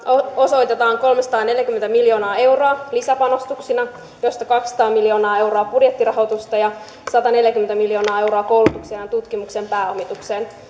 osoitetaan kolmesataaneljäkymmentä miljoonaa euroa lisäpanostuksina joista kaksisataa miljoonaa euroa on budjettirahoitusta ja sataneljäkymmentä miljoonaa euroa koulutuksen ja tutkimuksen pääomitusta